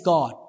God